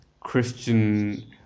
Christian